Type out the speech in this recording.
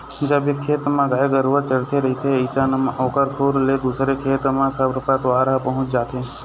जब एक खेत म गाय गरुवा चरत रहिथे अइसन म ओखर खुर ले दूसर खेत म खरपतवार ह पहुँच जाथे